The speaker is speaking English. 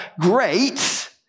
Great